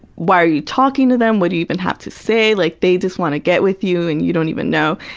why are you talking to them? what do you even have to say? like, they just wanna get with you and you don't even know.